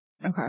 Okay